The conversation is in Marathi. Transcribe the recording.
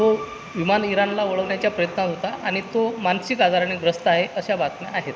तो विमान इराणला वळवण्याच्या प्रयत्नात होता आणि तो मानसिक आजाराने ग्रस्त आहे अशा बातम्या आहेत